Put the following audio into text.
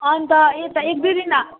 अन्त यता एक दुई दिन आएको